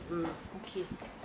hmm okay